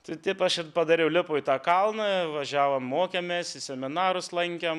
tai taip aš ir padariau lipau į tą kalną važiavom mokėmės ir seminarus lankėm